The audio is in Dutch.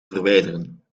verwijderen